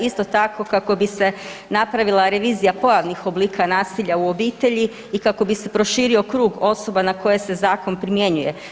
Isto tako kako bi se napravila revizija pojavnih oblika nasilja u obitelji i kako bi se proširio krug osoba na koje se zakon primjenjuje.